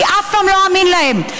אני אף פעם לא אאמין להם,